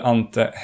Ante